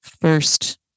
first